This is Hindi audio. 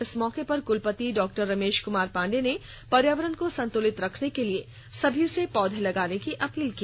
इस मौके पर कुलपति डॉ रमेश कुमार पांडेय ने पर्यावरण को संतुलित रखने के लिए सभी से पौधे लगाने की अपील की